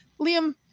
Liam